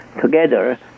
together